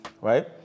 right